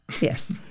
yes